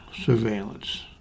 surveillance